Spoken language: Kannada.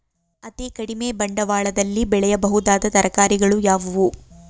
ಅತೀ ಕಡಿಮೆ ಬಂಡವಾಳದಲ್ಲಿ ಬೆಳೆಯಬಹುದಾದ ತರಕಾರಿಗಳು ಯಾವುವು?